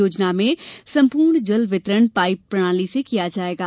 योजना में सम्पूर्ण जल वितरण पाईप प्रणाली से किया जाएगा